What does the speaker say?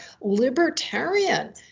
libertarian